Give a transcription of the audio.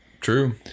true